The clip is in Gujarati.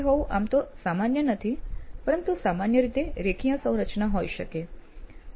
તે હોવું આમ તો સામાન્ય નથી પરંતુ સામાન્ય રીતે રેખીય સંરચના હોય શકે